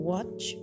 Watch